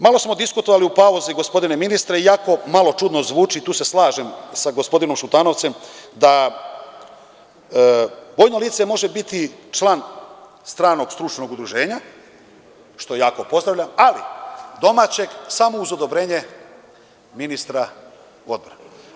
Malo smo diskutovali u pauzi gospodine ministre, iako malo čudno zvuči, tu se slažem sa gospodinom Šutanovcem, da vojno lice može biti član stranog stručnog udruženja, što jako pozdravljam, ali domaćeg, samo uz odobrenje ministra odbrane.